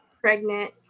pregnant